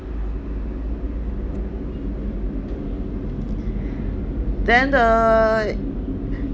then the